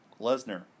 Lesnar